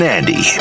Andy